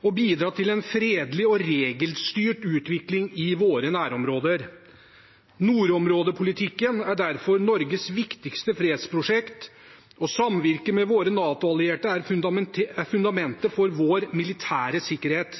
å bidra til en fredelig og regelstyrt utvikling i våre nærområder. Nordområdepolitikken er derfor Norges viktigste fredsprosjekt, og samvirket med våre NATO-allierte er fundamentet for vår militære sikkerhet.